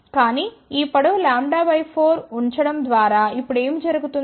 కానీ ఈ పొడవు λ 4 ఉంచడం ద్వారా ఇప్పుడు ఏమి జరుగుతుంది